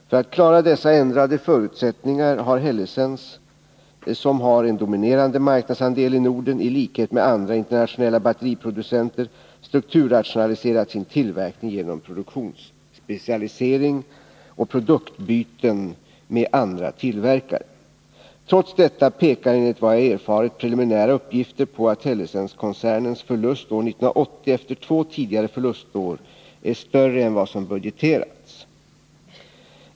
För att klara dessa ändrade förutsättningar har Hellesens, som har en dominerande marknadsandel i Norden, i likhet med andra internationella batteriproducenter, strukturrationaliserat sin tillverkning genom produktionsspecialisering och produktbyten med andra tillverkare. Trots detta pekar enligt vad jag erfarit preliminära uppgifter på att Hellesenskoncernens förlust år 1980 efter två tidigare förlustår är större än vad som budgeterats.